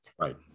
right